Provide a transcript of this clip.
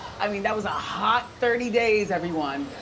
i mean that was a hot thirty days everyone.